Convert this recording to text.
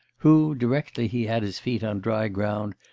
who, directly he had his feet on dry ground,